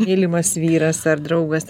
mylimas vyras ar draugas